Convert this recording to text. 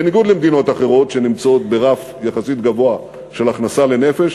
בניגוד למדינות אחרות שנמצאות ברף יחסית גבוה של הכנסה לנפש,